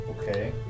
Okay